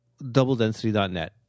DoubleDensity.net